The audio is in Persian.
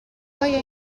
آیا